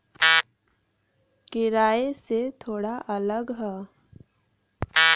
किराए से थोड़ा अलग हौ